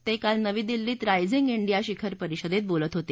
ते काल नवी दिल्लीत रायशिंग डिया परिषदेत बोलत होते